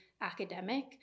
academic